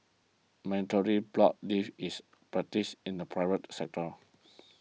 mandatory block leave is practised in the private sector